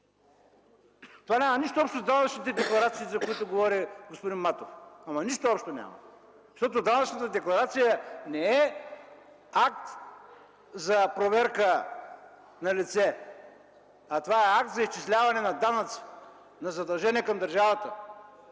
Това няма нищо общо с данъчните декларации, за които говори господин Матов, ама нищо общо няма. Данъчната декларация не е акт за проверка на лице, а това е акт за изчисляване на данъци, на задължения към държавата